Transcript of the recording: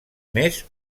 més